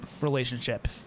relationship